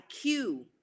IQ